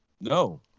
no